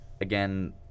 again